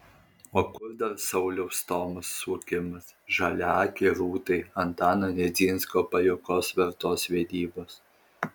o kur dar sauliaus stomos suokimas žaliaakei rūtai antano nedzinsko pajuokos vertos vedybos